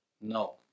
No